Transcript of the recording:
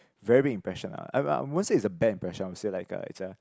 very big impression ah I I wouldn't say it's a bad impression I would say like it's uh